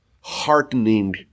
heartening